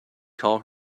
call